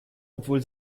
obwohl